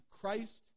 Christ